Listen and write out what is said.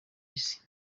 isi